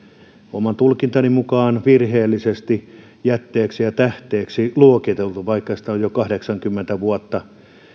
oman tulkintani mukaan virheellisesti jätteeksi ja tähteeksi luokiteltu vaikka sitä on jo kahdeksankymmentä vuotta